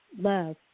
love